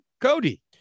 Cody